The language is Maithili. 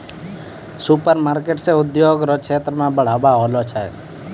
सुपरमार्केट से उद्योग रो क्षेत्र मे बढ़ाबा होलो छै